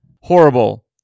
Horrible